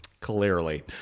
clearly